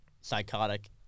psychotic